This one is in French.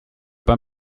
pas